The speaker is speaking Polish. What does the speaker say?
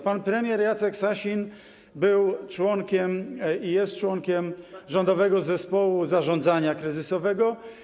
Pan premier Jacek Sasin był i jest członkiem Rządowego Zespołu Zarządzania Kryzysowego.